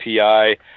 API